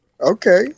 okay